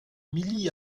milly